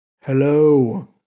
Hello